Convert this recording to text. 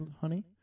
honey